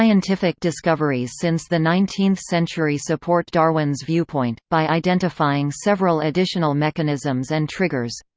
scientific discoveries since the nineteenth century support darwin's viewpoint, by identifying several additional mechanisms and triggers